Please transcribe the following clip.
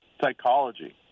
Psychology